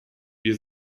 wir